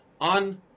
on